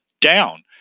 down